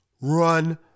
run